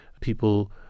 people